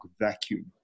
vacuum